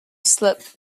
slip